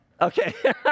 Okay